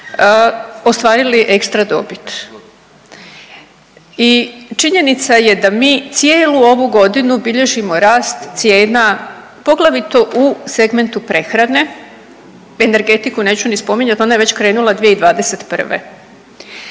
ostvarili ekstra dobit. I činjenica je da mi cijelu ovu godinu bilježimo rast cijena poglavito u segmentu prehrane. Energetiku neću ni spominjati, ona je već krenula 2021.